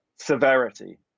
Severity